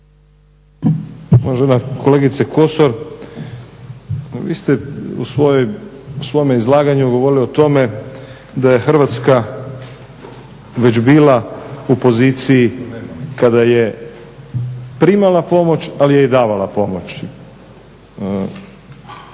Uvažena kolegice Kosor, vi ste u svome izlaganju govorili o tome da je Hrvatska već bila u poziciji kada je primala pomoć, ali je i davala pomoći.